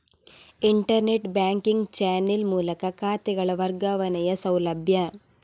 internet banking channel ಮೂಲಕ ಖಾತೆಗಳ ವರ್ಗಾವಣೆಯ ಸೌಲಭ್ಯ